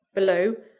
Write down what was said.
below,